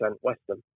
Western